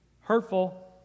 Hurtful